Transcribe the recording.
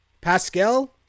Pascal